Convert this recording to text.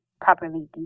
properly